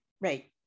Right